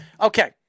Okay